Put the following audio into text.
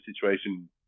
situation